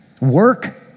work